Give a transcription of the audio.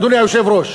אדוני היושב-ראש,